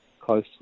close